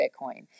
Bitcoin